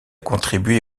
contribué